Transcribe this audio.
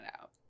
out